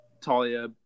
Talia